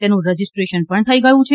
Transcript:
તેનું રજીસ્ટ્રેશન પણ થઇ ગયું છે